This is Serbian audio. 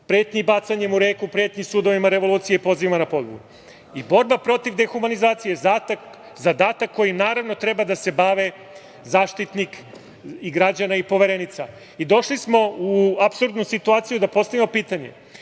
pretnji bacanjem u reku, pretnji sudovima, revolucije i pozivima na pobunu. Borba protiv dehumanizacije je zadatak kojim, naravno, treba da se bave Zaštitnik građana i Poverenica. Došli smo u apsurdnu situaciju da postavimo pitanje